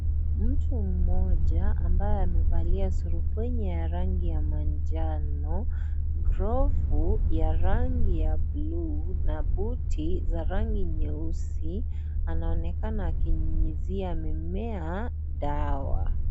Mtu mmoja ambaye amevalia surupwenye ya rangi ya manjano, glovu ya rangi ya buluu , na buti za rangi nyeusi anaonekana akinyunyuzia mimea dawa.